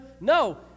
No